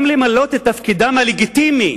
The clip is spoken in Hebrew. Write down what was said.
וגם מילוי תפקידם הלגיטימי,